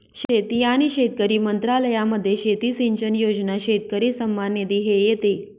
शेती आणि शेतकरी मंत्रालयामध्ये शेती सिंचन योजना, शेतकरी सन्मान निधी हे येते